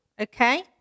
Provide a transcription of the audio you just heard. Okay